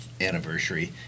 anniversary